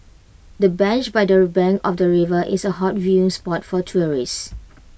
the bench by their bank of the river is A hot viewing spot for tourists